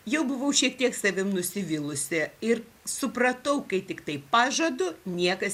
jau buvau šiek tiek savim nusivylusi ir supratau kai tiktai pažadu niekas